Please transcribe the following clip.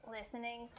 Listening